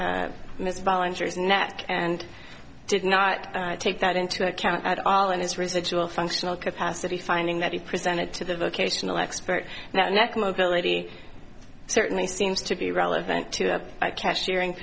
ms volunteers net and did not take that into account at all in his residual functional capacity finding that he presented to the vocational expert that neck mobility certainly seems to be relevant to a cashier